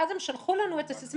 ואז הם שלחו לנו את הסיסמה